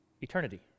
eternity